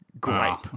gripe